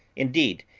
indeed,